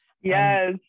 Yes